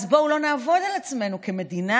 אז בואו לא נעבוד על עצמנו כמדינה,